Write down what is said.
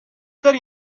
داری